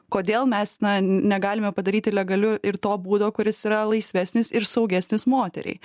kodėl mes na negalime padaryti legaliu ir to būdo kuris yra laisvesnis ir saugesnis moteriai